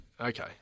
Okay